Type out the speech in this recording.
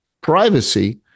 privacy